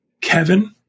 Kevin